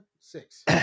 Six